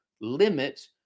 limit